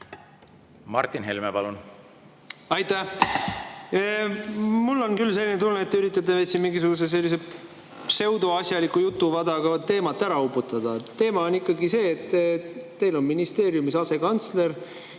Martin Helme, palun! Aitäh! Mul on küll selline tunne, et te üritate siin mingisuguse pseudoasjaliku jutuvadaga teemat ära uputada. Teema on ikkagi see, et teil on ministeeriumis asekantsler,